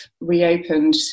reopened